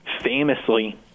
famously